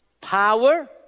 power